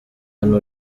hano